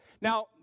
Now